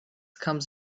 comes